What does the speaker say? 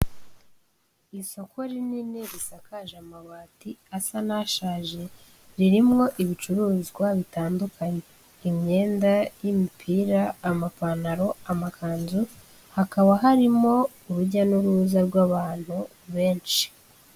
Isoko rinini risakaje amabati asa n'ashaje ririmo ibicuruzwa bitandukanye, imyenda y'imipira, amapantaro, amakanzu, hakaba harimo urujya n'uruza rw'abantu benshi.